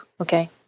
okay